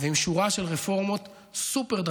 נדמה לי, עם שורה של רפורמות סופר-דרמטיות